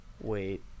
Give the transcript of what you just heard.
Wait